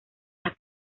las